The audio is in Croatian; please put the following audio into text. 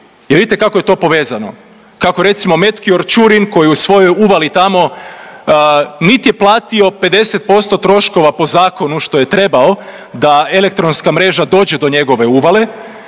vidite kako je to povezano, kako recimo Metkior Ćurin koji u svojoj uvali tamo nit je platio 50% troškova po zakonu što je trebao da elektronska mreža dođe do njegove uvale